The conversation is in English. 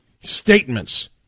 statements